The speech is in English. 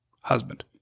husband